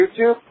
YouTube